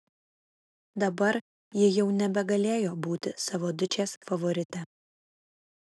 dabar ji jau nebegalėjo būti savo dučės favorite